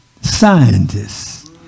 scientists